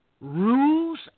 rules